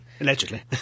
allegedly